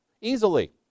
easily